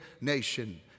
nation